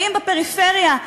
חיים בפריפריה,